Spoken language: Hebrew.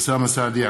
אוסאמה סעדי,